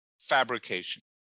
fabrication